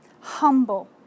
humble